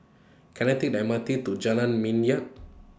Can I Take The M R T to Jalan Minyak